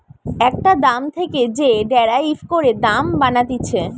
একটা দাম থেকে যে ডেরাইভ করে দাম বানাতিছে